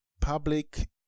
public